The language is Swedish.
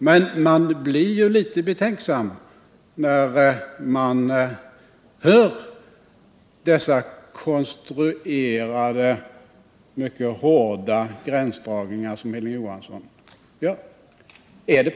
Men man blir litet betänksam när man hör dessa konstruerade, mycket hårda gränsdragningar som Hilding Johansson gör.